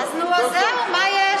אם הוא מצר, מה יש?